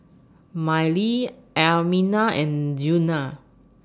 Mylie Almina and Djuna